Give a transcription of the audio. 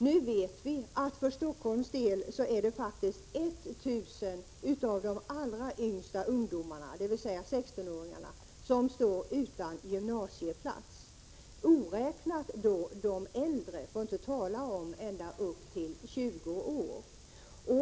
Nu vet vi att det för Stockholms del faktiskt är 1000 av de allra yngsta ungdomarna, dvs. 16-åringarna, som står utan gymnasieplats, oräknat de äldre för att inte tala om 20-åringarna.